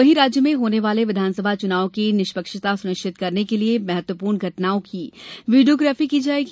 वहीं राज्य में होने वाले विधानसभा चुनाव की निष्पक्षता सुनिश्चित करने के लिए महत्वपूर्ण घटनाओं की वीडियोग्राफी की जायेगी